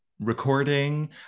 recording